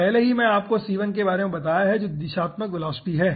पहले ही मैंने आपको ei के बारे में बताया है जो दिशात्मक वेलोसिटी है